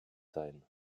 sein